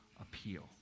appeal